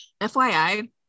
FYI